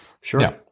Sure